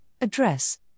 address